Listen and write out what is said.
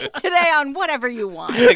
today on whatever you want like